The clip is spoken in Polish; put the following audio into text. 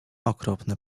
okropny